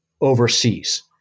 overseas